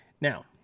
Now